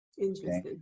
interesting